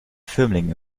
firmlinge